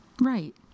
Right